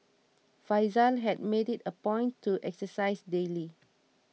Faizal had made it a point to exercise daily